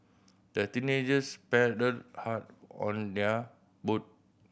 the teenagers paddled hard on their boat